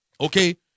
Okay